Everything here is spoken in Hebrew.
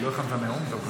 לא הכנת נאום?